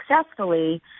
successfully